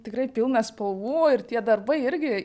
tikrai pilna spalvų ir tie darbai irgi